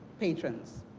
patrons,